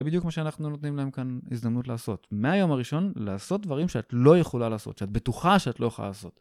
ובדיוק כמו שאנחנו נותנים להם כאן הזדמנות לעשות. מהיום הראשון, לעשות דברים שאת לא יכולה לעשות, שאת בטוחה שאת לא יוכלה לעשות.